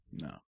No